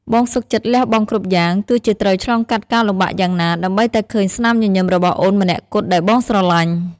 បងសុខចិត្តលះបង់គ្រប់យ៉ាង ទោះជាត្រូវឆ្លងកាត់ការលំបាកយ៉ាងណា ដើម្បីតែឃើញស្នាមញញឹមរបស់អូនម្នាក់គត់ដែលបងស្រឡាញ់។